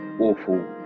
awful